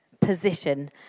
position